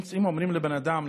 אם אומרים לבן אדם,